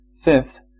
Fifth